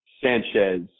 Sanchez